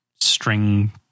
string